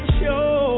show